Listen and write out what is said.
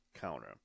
counter